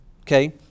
Okay